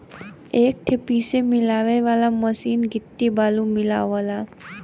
एक ठे पीसे मिलावे वाला मसीन गिट्टी बालू मिलावला